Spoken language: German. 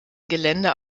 gelände